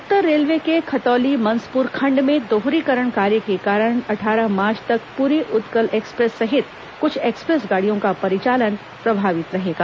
उत्तर railway के खतौली मंसपुर खंड में दोहरीकरण कार्य के कारण अट्ठारह मार्च तक पुरी उत्कल एक्सप्रेस सहित कुछ एक्सप्रेस गाडियों का परिचालन प्रभावित रहेगा